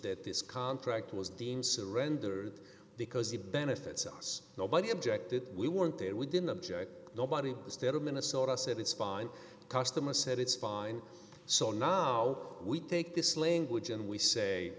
that this contract was deemed surrendered because it benefits us nobody objected we weren't there we didn't object nobody was there to minnesota said it's fine customer said it's fine so now we take this language and we say